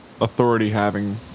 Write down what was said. authority-having